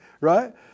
Right